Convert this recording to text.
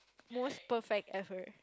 most perfect ever